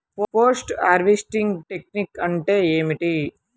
Post harvesting technique అంటే ఏమిటీ?